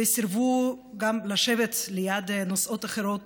וסירבו גם לשבת ליד נוסעות אחרות